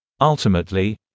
Ultimately